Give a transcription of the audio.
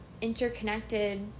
interconnected